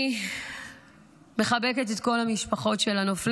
אני מחבקת את כל המשפחות של הנופלים,